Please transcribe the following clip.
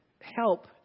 help